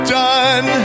done